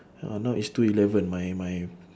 ya now is two eleven my my